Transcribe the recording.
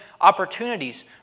opportunities